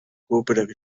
கூப்பிட